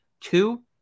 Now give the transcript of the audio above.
Two